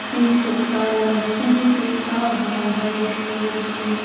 इ सप्ताह लहसुन के का भाव है एक मन के?